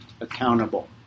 accountable